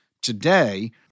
Today